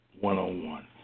one-on-one